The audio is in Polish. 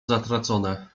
zatracone